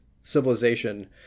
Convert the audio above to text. civilization